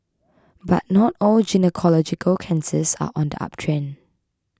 but not all gynaecological cancers are on the uptrend